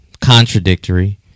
Contradictory